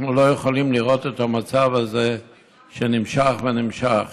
אנחנו לא יכולים לראות את המצב הזה נמשך ונמשך.